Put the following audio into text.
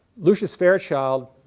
lucius fairchild,